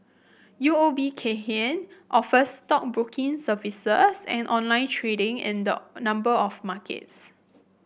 U O B Kay Hian offers stockbroking services and online trading in the number of markets